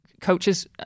coaches